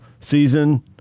season